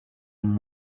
him